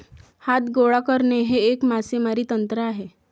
हात गोळा करणे हे एक मासेमारी तंत्र आहे